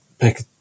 pick